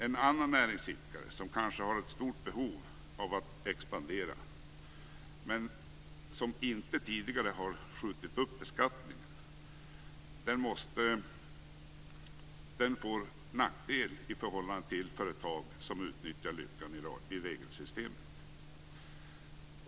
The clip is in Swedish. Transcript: En annan näringsidkare, som kanske har ett stort behov av att expandera men som inte tidigare har skjutit upp beskattningen, får en nackdel i förhållande till företag som utnyttjar luckan i regelsystemet.